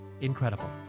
incredible